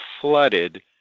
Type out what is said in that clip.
flooded